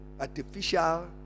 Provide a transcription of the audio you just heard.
artificial